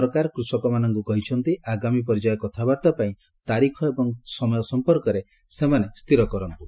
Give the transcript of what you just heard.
ସରକାର କୃଷକମାନଙ୍କୁ କହିଛନ୍ତି ଆଗାମୀ ପର୍ଯ୍ୟାୟ କଥାବାର୍ତ୍ତାପାଇଁ ତାରିଖ ଏବଂ ସମୟ ସମ୍ପର୍କରେ ସେମାନେ ସ୍ଥିର କରନ୍ତୁ